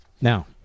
Now